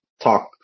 talk